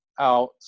out